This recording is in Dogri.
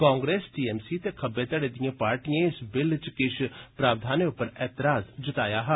कांग्रेस टीएमसी ते खब्बे घड़े दिए पार्टिए इस बिल च किश प्रावधानें उप्पर एतराज जताया ऐ